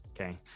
okay